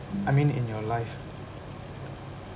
I mean in your life